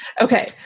Okay